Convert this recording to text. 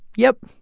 yep,